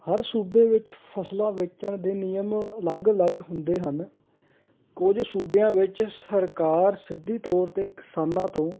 ਹਰ ਸੂਬੇ ਵਿੱਚ ਫ਼ਸਲਾਂ ਵੇਚਣ ਦੇ ਨਿਯਮ ਅਲੱਗ ਅਲੱਗ ਹੁੰਦੇ ਹਨ ਕੁਝ ਸੂਬਿਆਂ ਵਿੱਚ ਸਰਕਾਰ ਸਿੱਧੀ ਤੋਰ ਤੇ ਕਿਸਾਨਾਂ ਤੋਂ